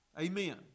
Amen